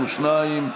52)